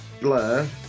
Blur